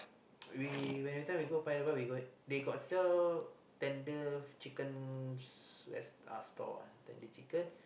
we when everything we go Paya-Lebar we go they got sell tender chicken s~ uh store ah tender chicken